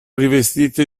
rivestite